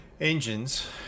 Engines